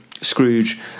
Scrooge